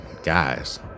guys